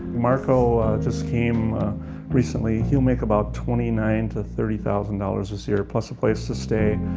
marco just came recently. he'll make about twenty nine to thirty thousand dollars this year, plus a place to stay,